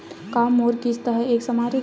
का मोर किस्त ह एक समान रही?